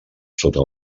sota